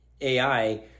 AI